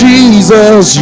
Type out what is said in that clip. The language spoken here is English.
Jesus